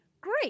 Great